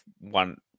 one